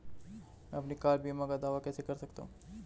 मैं अपनी कार बीमा का दावा कैसे कर सकता हूं?